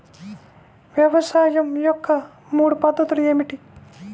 వ్యవసాయం యొక్క మూడు పద్ధతులు ఏమిటి?